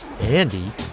Andy